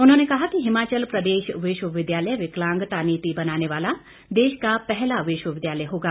उन्होंने कहा कि हिमाचल प्रदेश विश्वविद्यालय विकलांगता नीति बनाने वाला देश का पहला विश्वविद्यालय होगा